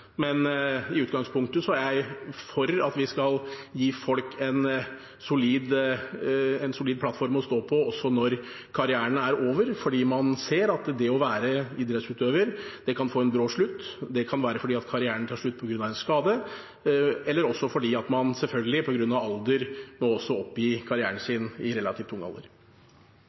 Men i utgangspunktet er jeg for at vi skal gi folk en solid plattform å stå på også når karrieren er over, fordi man ser at det å være idrettsutøver kan få en brå slutt. Det kan være at karrieren tar slutt på grunn av en skade, eller selvfølgelig også at man må oppgi karrieren sin i relativt ung alder.